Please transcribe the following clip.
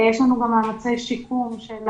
יש לנו גם מאמצי שיקום של